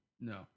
No